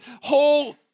whole